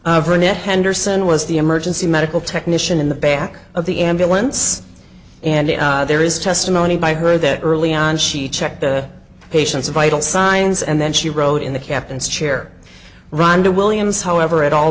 veronica henderson was the emergency medical technician in the back of the ambulance and there is testimony by her that early on she checked the patient's vital signs and then she wrote in the captain's chair rhonda williams however at all